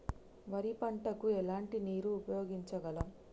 వరి పంట కు ఎలాంటి నీరు ఉపయోగించగలం?